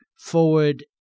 forward